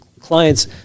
clients